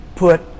put